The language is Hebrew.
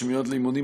שמיועד לאימונים,